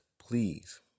please